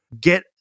Get